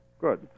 Good